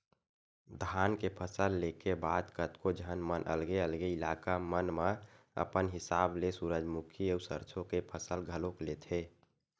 धान के फसल ले के बाद कतको झन मन अलगे अलगे इलाका मन म अपन हिसाब ले सूरजमुखी अउ सरसो के फसल घलोक लेथे